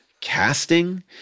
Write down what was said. Casting